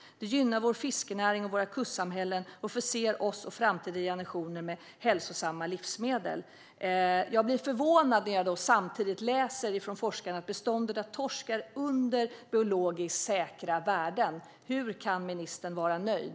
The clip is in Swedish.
Det gynnar vår fiskenäring, våra kustsamhällen och förser både oss och framtida generationer med hälsosamma livsmedel." Jag blir förvånad när jag samtidigt läser vad forskarna säger om att beståndet av torsk är under biologiskt säkra värden. Hur kan ministern vara nöjd?